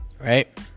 Right